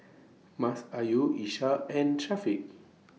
Masayu Ishak and Syafiq